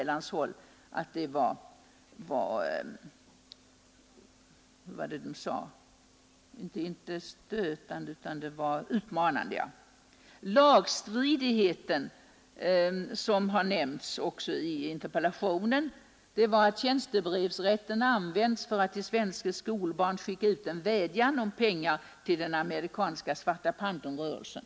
Lagstridigheten, som också har nämnts i interpellationen, bestod däri att tjänstebrevsrätten användes för att till svenska skolbarn skicka ut en vädjan om pengar till den amerikanska Svarta Panternrörelsen.